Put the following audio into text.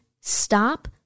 stop